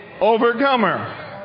overcomer